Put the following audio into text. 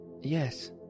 Yes